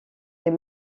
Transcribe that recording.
est